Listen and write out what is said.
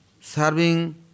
serving